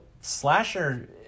slasher